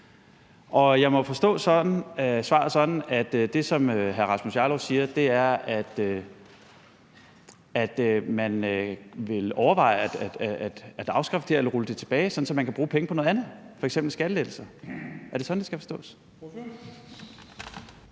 jeg må forstå svaret sådan, at det, som hr. Rasmus Jarlov siger, er, at man vil overveje at afskaffe det, rulle det tilbage, så man kan bruge pengene på noget andet, f.eks. skattelettelser. Er det sådan, det skal forstås?